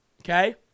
okay